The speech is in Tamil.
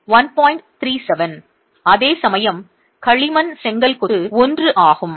37 அதேசமயம் களிமண் செங்கல் கொத்து 1 ஆகும்